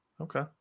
okay